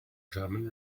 german